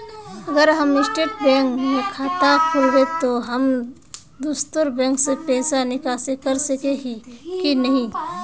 अगर हम state bank में खाता खोलबे तो हम दोसर बैंक से पैसा निकासी कर सके ही की नहीं?